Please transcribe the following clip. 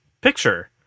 picture